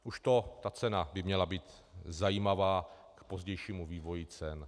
Už to, ta cena by měla být zajímavá k pozdějšímu vývoji cen.